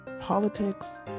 politics